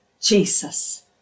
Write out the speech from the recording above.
Jesus